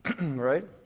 right